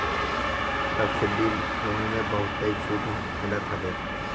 subsidy loan में बहुते छुट मिलत हवे